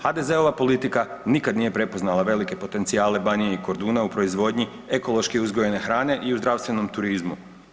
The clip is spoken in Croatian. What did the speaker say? HDZ-ova politika nikad nije prepoznala velike potencijale Banije i Korduna u proizvodnji ekološki uzgojene hrane i u zdravstvenom turizmu.